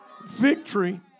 Victory